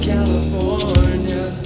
California